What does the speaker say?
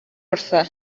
wrtho